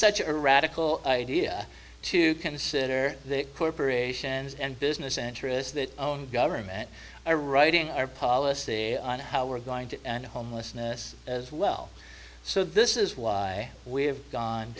such a radical idea to consider corporations and business interests that own government i writing our policy on how we're going to homelessness as well so this is why we have gone